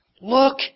look